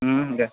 দে